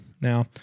Now